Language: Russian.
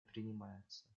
принимается